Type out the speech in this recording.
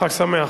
חג שמח.